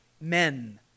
men